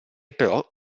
però